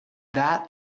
that